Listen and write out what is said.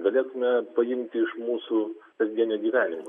galėtume paimti iš mūsų kasdienio gyvenimo